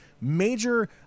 major